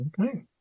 Okay